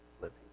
living